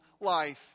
life